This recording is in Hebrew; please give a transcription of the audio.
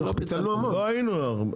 לא, אנחנו פיצלנו המון.